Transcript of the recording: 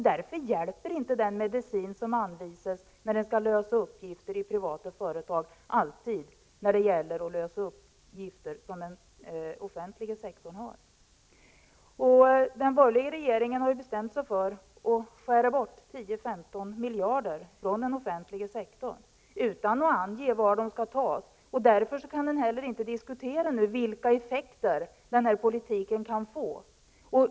Därför hjälper inte alltid den medicin som anvisas när man skall lösa uppgifter i privata företag när det gäller att lösa uppgifter i den offentliga sektorn. Den borgerliga regeringen har ju bestämt sig för att skära bort 10--15 miljarder från den offentliga sektorn utan att ange var de skall tas. Därför kan man inte heller nu diskutera vilka effekter denna politik kan få.